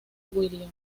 williams